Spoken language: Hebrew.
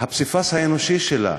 הפסיפס האנושי שלה,